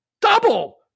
double